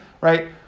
right